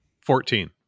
Fourteen